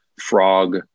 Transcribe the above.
frog